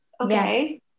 Okay